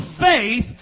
faith